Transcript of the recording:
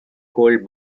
cold